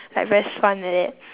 like very suan like that